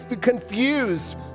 confused